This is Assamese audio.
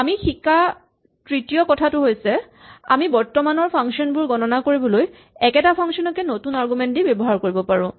আমি শিকা তৃতীয় কথাটো হৈছে যে আমি বৰ্তমানৰ ফাংচন বোৰ গণনা কৰিবলৈ একেটা ফাংচন কে নতুন আৰগুমেন্ট দি ব্যৱহাৰ কৰিব পাৰো